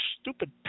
stupid